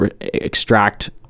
extract